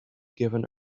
given